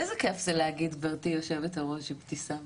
איזה כיף זה להגיד גברתי יושבת הראש אבתיסאם.